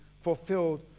fulfilled